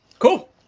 Cool